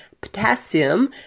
potassium